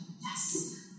Yes